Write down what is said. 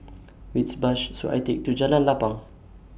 Which Bus should I Take to Jalan Lapang